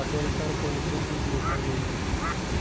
असेल तर कोनचे पीक घेता येईन?